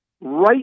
right